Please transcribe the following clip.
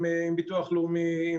עם ביטוח לאומי,